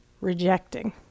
rejecting